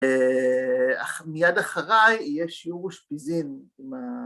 ‫מיד אחריי יש שיעור אושפיזין, ‫עם ה...